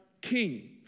king